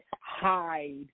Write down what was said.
hide